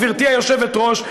גברתי היושבת-ראש,